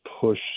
push